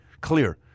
Clear